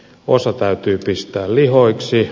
osa täytyy pistää lihoiksi